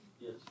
yes